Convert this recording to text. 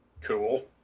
Cool